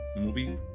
movie